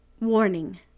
Warning